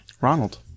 Ronald